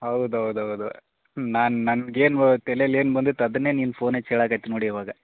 ಹೌದ್ ಹೌದ್ ಹೌದು ಹ್ಞೂ ನಾನು ನನ್ಗ ಏನು ತೆಲೆಯಲ್ಲಿ ಏನು ಬಂದಿತ್ತು ಅದನ್ನೆ ನೀನು ಫೋನ್ ಹಚ್ಚ್ ಹೇಳಕತಿ ನೋಡು ಇವಾಗ